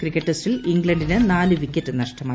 cricket ടെസ്റ്റിൽ ഇംഗ്ലണ്ടിന് നാല് വിക്കറ്റ് നഷ്ടമായി